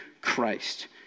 Christ